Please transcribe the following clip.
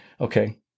okay